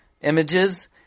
images